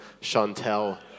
Chantel